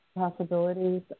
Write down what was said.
possibilities